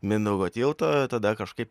mindaugo tilto tada kažkaip